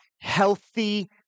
healthy